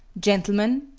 gentlemen,